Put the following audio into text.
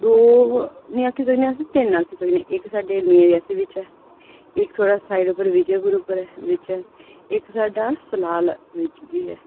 दो निं आखी सकने तिन्न आखी सकने इक ते साढ़े मेन रियासी बिच ऐ इक थोह्ड़ा साईड पर विजयपुर च ऐ इक साढ़ा सलाल बिच बी ऐ